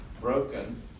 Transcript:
broken